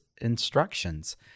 instructions